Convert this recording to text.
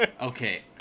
Okay